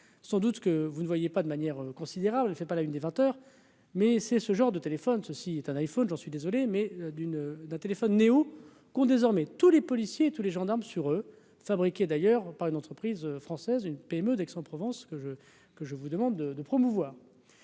sans doute que vous ne voyez pas de manière considérable, on ne fait pas la une des 20 heures mais c'est ce genre de téléphone, ceci est un iPhone, j'en suis désolé mais d'une d'un Tél néo-cons désormais tous les policiers tous les gendarmes sur eux fabriqué d'ailleurs par une entreprise française, une PME d'Aix-en-Provence que je que je vous demande de de promouvoir